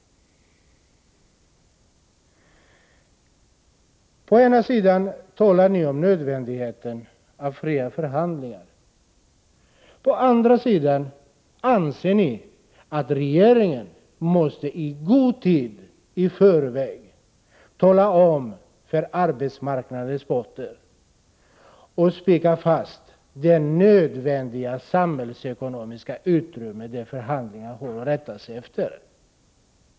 Å ena sidan talar ni om nödvändigheten av fria förhandlingar. Å andra sidan anser ni att regeringen måste i god tid i förväg spika fast och tala om för 83 arbetsmarknadens parter vilket samhällsekonomiskt utrymme förhandlarna har att rätta sig efter.